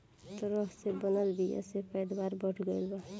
तरह से बनल बीया से पैदावार बढ़ गईल बा